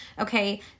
okay